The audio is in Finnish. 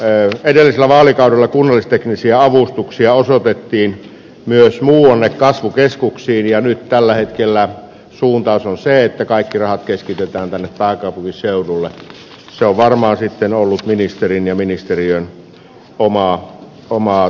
ä edellisellä vaalikaudella kunnallisteknisiä uutuuksia us opetti myös muuna kasvukeskuksiin ja nyt tällä hetkellä suuntaus on se että kaikki rahat keskitetään tänne pääkaupunkiseudulle jo varma etten ollut ministerin ja ministeriön omaa omaa